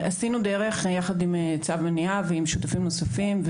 עשינו דרך יחד עם "צו מניעה" ועם שותפים נוספים.